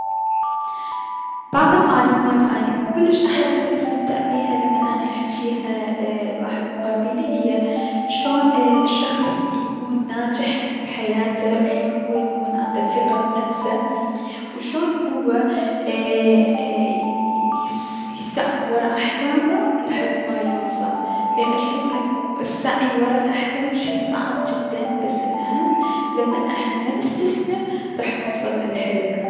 بعض المعلومات اني كلش استمتع بيها لمن اني احجيها لواحد مقابيلي هي اشون الشخص ايكون ناجح بحياته و شون يكون عنده ثقة بنفسه و شون هو ايي اي يس يسع ورا احلامه لحد ما يوصل, لأناشوف انو السعي ورا الأحلام شب صعب جدا بس الأهم لمن احنا منستسلم راح نوصل لحلمنا.